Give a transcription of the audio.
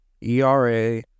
ERA